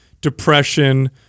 depression